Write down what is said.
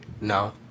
No